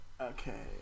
Okay